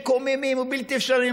מקוממים ובלתי אפשריים,